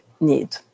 need